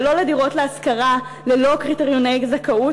ולא לדירות להשכרה ללא קריטריוני זכאות,